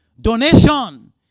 Donation